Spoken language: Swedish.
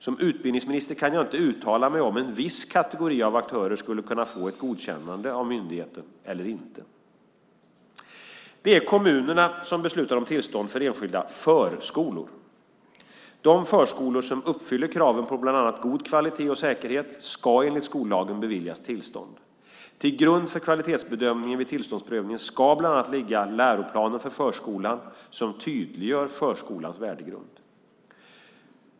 Som utbildningsminister kan jag inte uttala mig om en viss kategori av aktörer ska kunna få ett godkännande av myndigheten eller inte. Det är kommunerna som beslutar om tillstånd för enskilda förskolor. De förskolor som uppfyller kraven på bland annat god kvalitet och säkerhet ska enligt skollagen beviljas tillstånd. Till grund för kvalitetsbedömningen vid tillståndsprövningen ska bland annat ligga läroplanen för förskolan, som tydliggör förskolans värdegrund.